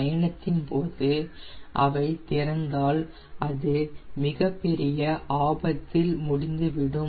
பயணத்தின்போது அவை திறந்தால் அது பெரிய ஆபத்தில் முடிந்துவிடும்